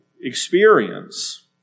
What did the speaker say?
experience